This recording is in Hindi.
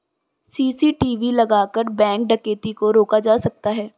सी.सी.टी.वी लगाकर बैंक डकैती को रोका जा सकता है